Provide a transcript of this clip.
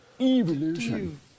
Evolution